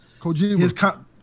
Kojima